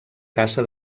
caça